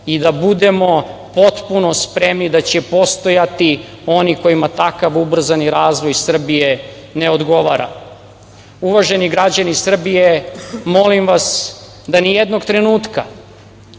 i da budemo potpuno spremni da će postojati oni kojima takav ubrzani razvoj Srbije ne odgovara. Uvaženi građani Srbije, molim vas da nijednog trenutka